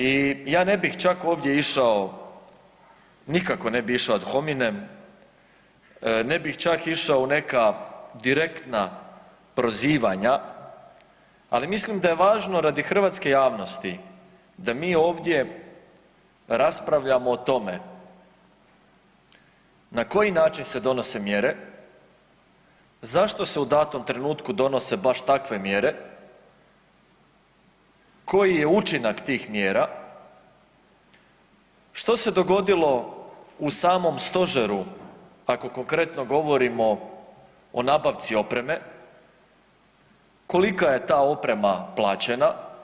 I ja ne bih čak ovdje išao nikako ne bih išao ad hominem, ne bih čak išao u neka direktna prozivanja, ali mislim da je važno radi hrvatske javnosti da mi ovdje raspravljamo o tome na koji način se donose mjere, zašto se u datom trenutku donose baš takve mjere, koji je učinak tih mjera, što se dogodilo u samom Stožeru ako konkretno govorimo o nabavci opreme, koliko je ta oprema plaćena.